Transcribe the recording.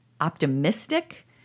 optimistic